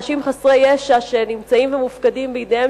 אנשים חסרי ישע שנמצאים ומופקדים בידיהם